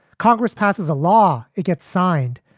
congress passes a law, it gets signed,